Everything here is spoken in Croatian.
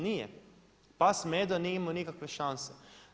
Nije, pas Medo nije imao nikakve šanse.